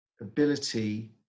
ability